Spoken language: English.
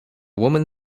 woman